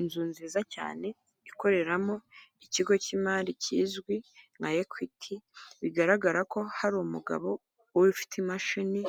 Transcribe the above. Inzu nziza cyane ikoreramo ikigo cy'imari kizwi nka Ekwiti, bigaragara ko hari umugabo ufite imashini